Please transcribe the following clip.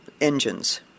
engines